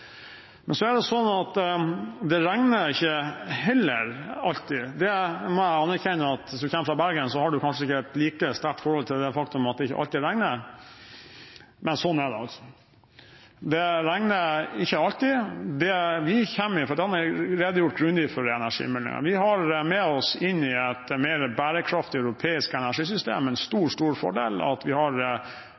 Men så er det sånn at det heller ikke alltid regner – det må jeg anerkjenne. Om man kommer fra Bergen, har man kanskje ikke et like sterkt forhold til det faktum at det ikke alltid regner. Men sånn er det altså, det regner ikke alltid. Vi har redegjort grundig i energimeldingen for en stor fordel vi har med oss inn i et mer bærekraftig europeisk energisystem, at vi har regulerbar vannkraft som ryggraden i vårt system. Vi